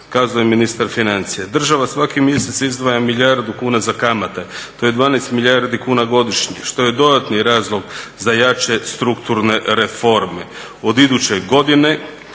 kazao je ministar financija. Država svaki mjesec izdvaja milijardu kuna za kamate, to je 12 milijardi kuna godišnje što je dodatni razlog za jače strukturne reforme. Od iduće godine